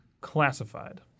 classified